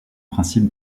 principe